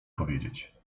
powiedzieć